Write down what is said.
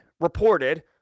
reported